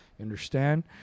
Understand